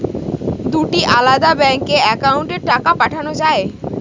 দুটি আলাদা ব্যাংকে অ্যাকাউন্টের টাকা পাঠানো য়ায়?